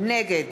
נגד